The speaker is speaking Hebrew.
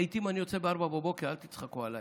לעיתים אני יוצא ב-04:00, אל תצחקו עליי,